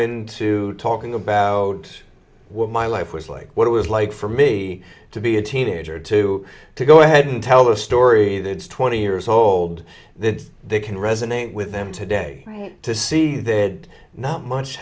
into talking about what my life was like what it was like for me to be a teenager too to go ahead and tell a story that's twenty years old then they can resonate with them today to see that not much